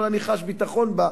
אבל אני חש ביטחון בה,